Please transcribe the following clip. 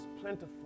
plentiful